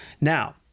Now